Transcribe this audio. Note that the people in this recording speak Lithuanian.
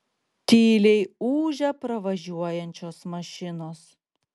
tyliai ūžia pravažiuojančios mašinos